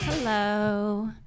Hello